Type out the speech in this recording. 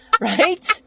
Right